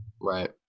right